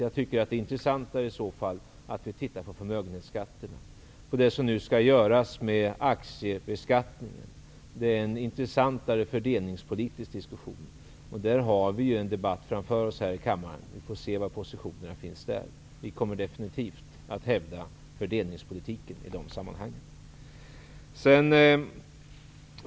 Jag tycker att det i så fall är intressantare att titta på förmögenhetsskatten, på det som nu skall göras beträffande aktiebeskattningen. Det är en intressantare fördelningspolitisk diskussion. Där har vi ju en debatt här i kammaren framför oss. Vi får se hur det blir med positionerna där. Vi kommer definitivt att hävda fördelningspolitiken i de sammanhangen.